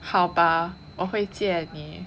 好吧我会借你